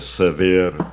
severe